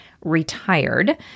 retired